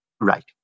right